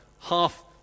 half